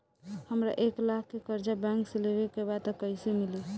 हमरा एक लाख के कर्जा बैंक से लेवे के बा त कईसे मिली?